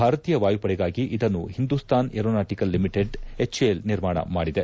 ಭಾರತೀಯ ವಾಯುಪಡೆಗಾಗಿ ಇದನ್ನು ಹಿಂದೂಸ್ತಾನ್ ಏರೋನಾಟಕಲ್ ಲಿಮಿಟೆಡ್ ಎಚ್ಎಎಲ್ ನಿರ್ಮಾಣ ಮಾಡಿದೆ